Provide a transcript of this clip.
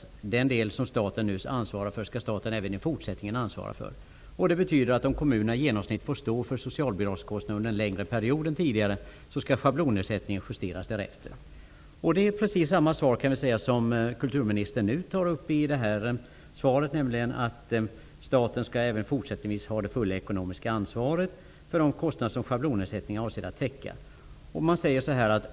Den del som staten nu ansvarar för skall staten även i fortsättningen ansvara för. Det betyder att om kommunerna i genomsnitt får stå för socialbidragskostnaden under en längre period än tidigare, skall schablonersättningen justeras därefter.'' Det är precis vad kulturministern säger här: ''Staten skall även fortsättningsvis ha det fulla ansvaret för de kostnader som schablonersättningen avser att täcka.